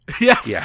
Yes